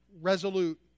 resolute